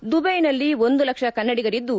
ದುಬೈನಲ್ಲಿ ಒಂದು ಲಕ್ಷ ಕನ್ನಡಿಗರಿದ್ದು